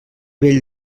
vell